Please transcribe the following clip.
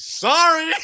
Sorry